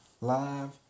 Live